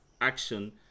action